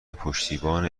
پشتیبان